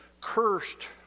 cursed